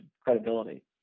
credibility